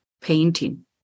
painting